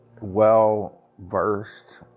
well-versed